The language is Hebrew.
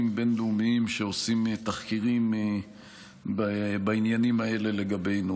בין-לאומיים שעושים תחקירים בעניינים האלה לגבינו.